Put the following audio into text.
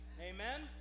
Amen